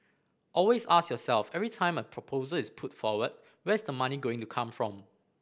always ask yourself every time a proposal is put forward where is the money going to come from